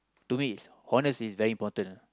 to me honest is very important ah